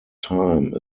time